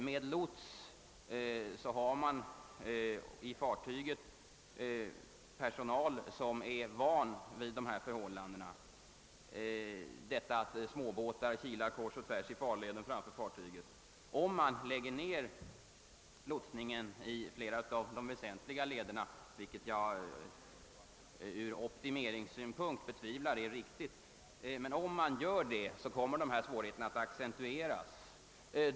Med lots ombord har man i fartyget personal med vana vid småbåtar som kilar kors och tvärs i farleden framför fartyget, men om lotsningen upphör i flera av de väsentliga lederna — vilket jag för övrigt från optimeringssynpunkt betvivlar är ett riktigt förfarande — kommer dessa svårigheter att accentueras.